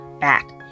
back